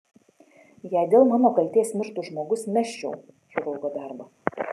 jei dėl mano kaltės mirtų žmogus mesčiau chirurgo darbą